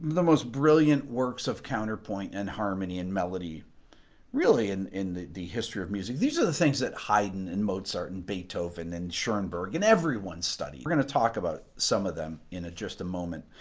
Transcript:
the most brilliant works of counterpoint and harmony and melody really in in the the history of music. these are the things that hyden and mozart and beethoven and schaumburg and everyone study we're gonna talk about some of them in at just a moment.